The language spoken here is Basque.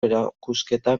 erakusketa